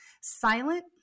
Silent